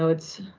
so it's,